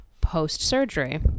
post-surgery